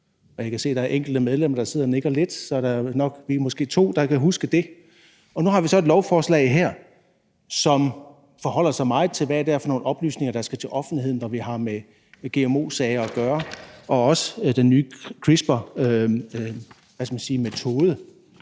Jeg kan se, at der er enkelte medlemmer, der sidder og nikker lidt, så vi er måske to, der kan huske det. Nu har vi så et lovforslag her, som forholder sig meget til, hvad det er for nogle oplysninger, der skal til offentligheden, når vi har med gmo-sager at gøre, og også den nye CRISPR-metode.